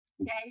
Okay